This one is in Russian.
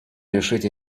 решить